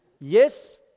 Yes